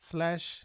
Slash